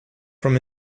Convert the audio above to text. from